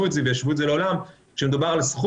את זה וישוו את זה לעולם כשמדובר על זכות,